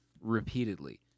repeatedly